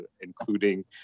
including